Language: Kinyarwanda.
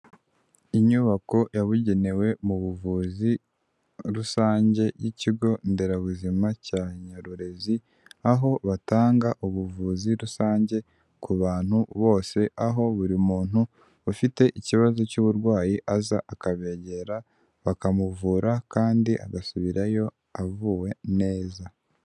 Inyubako yabugenewe mu buvuzi rusange y'ikigonderabuzima cya Nyarurenzi, aho batanga ubuvuzi rusange ku bantu bose, aho buri muntu ufite ikibazo cy'uburwayi aza akabegera bakamuvura, kandi agasubirayo avuwe neza.